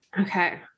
Okay